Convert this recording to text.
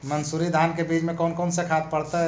मंसूरी धान के बीज में कौन कौन से खाद पड़तै?